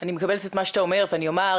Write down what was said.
אני מקבלת את מה שאתה אומר ואני אומר,